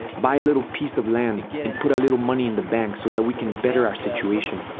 buy a little piece of land, and put a little money in the bank so that we can better our situation.